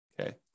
Okay